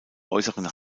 äußeren